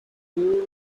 hari